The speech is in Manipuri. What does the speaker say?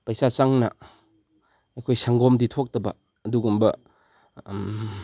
ꯄꯩꯁꯥ ꯆꯪꯅ ꯑꯩꯈꯣꯏ ꯁꯪꯒꯣꯝꯗꯤ ꯊꯣꯛꯇꯕ ꯑꯗꯨꯒꯨꯝꯕ